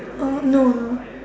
uh no no